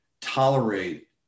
tolerate